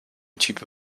tuba